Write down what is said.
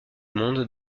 monde